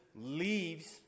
leaves